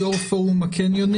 יושב ראש פורום הקניונים.